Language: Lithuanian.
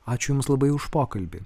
ačiū jums labai už pokalbį